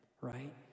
Right